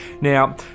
Now